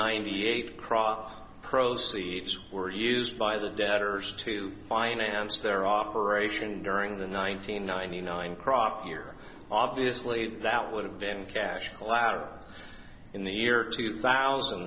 ninety eight crop proceeds were used by the debtor to finance their operation during the nineteen ninety nine croft year obviously that would have been cash collateral in the year two thousand